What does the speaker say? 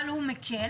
אבל הוא מקל.